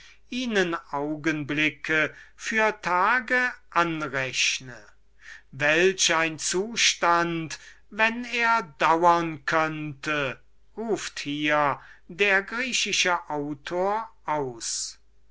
ihnen augenblicke für tage anrechne welch ein zustand wenn er dauern könnte ruft hier der griechische autor aus